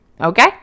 okay